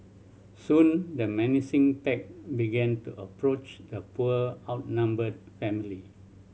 soon the menacing pack began to approach the poor outnumbered family